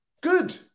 good